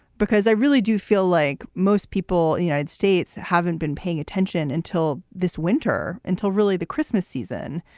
because i really do feel like most people, united states haven't been paying attention until this winter, until really the christmas season.